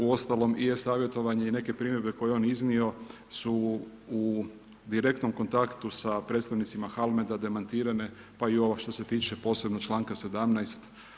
Uostalom i e-savjetovanje i neke primjedbe koje je on iznio su u direktnom kontaktu sa predstavnicima Halmeda demantirane pa i ovo što se tiče posebno članka 17.